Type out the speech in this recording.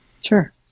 Sure